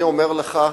אני אומר לך,